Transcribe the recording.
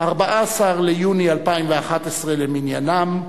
14 ביוני 2011 למניינם,